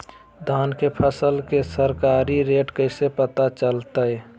धान के फसल के सरकारी रेट कैसे पता चलताय?